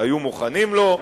היו מוכנים לו,